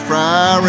Fry